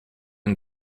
and